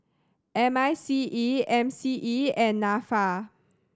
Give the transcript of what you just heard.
M I C E M C E and Nafa